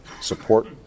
support